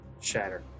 Shatter